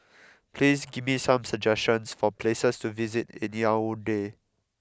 please give me some suggestions for places to visit in Yaounde